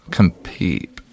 compete